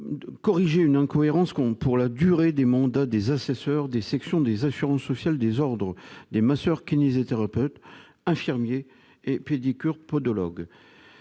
corriger une incohérence quant à la durée des mandats des assesseurs des sections des assurances sociales des ordres des masseurs-kinésithérapeutes, infirmiers et pédicures-podologues.